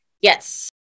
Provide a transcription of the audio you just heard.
Yes